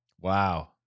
Wow